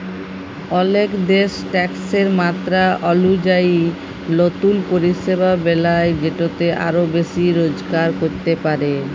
অলেক দ্যাশ ট্যাকসের মাত্রা অলুজায়ি লতুল পরিষেবা বেলায় যেটতে আরও বেশি রজগার ক্যরতে পারে